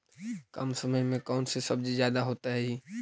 कम समय में कौन से सब्जी ज्यादा होतेई?